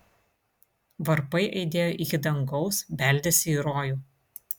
varpai aidėjo iki dangaus beldėsi į rojų